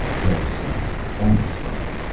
no sound. only static.